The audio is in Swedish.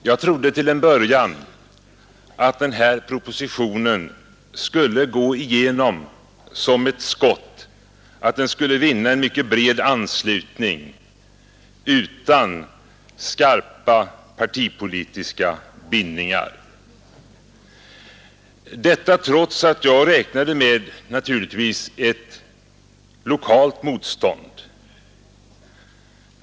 Jag trodde till en början att den här propositionen skulle gå igenom som ett skott, att den skulle vinna en mycket bred anslutning utan skarpa, partipolitiska bindningar, detta trots att jag naturligtvis räknade med ett lokalt motstånd.